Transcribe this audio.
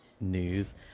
news